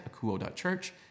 akuo.church